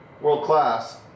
world-class